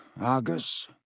Argus